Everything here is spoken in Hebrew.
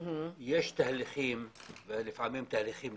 יש תהליכים ולפעמים תהליכים,